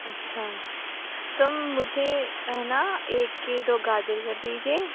اچھا تو مجھے ہے نا ایک کلو گاجر کر دیجیے